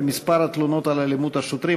עלייה במספר התלונות על אלימות שוטרים.